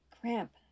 Cramp